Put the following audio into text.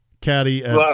Caddy